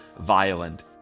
violent